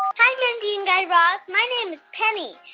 hi, mindy and guy raz. my name is penny,